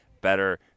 better